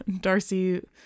Darcy